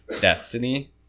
Destiny